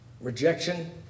Rejection